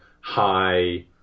high